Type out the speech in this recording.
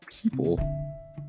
people